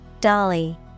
Dolly